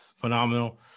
phenomenal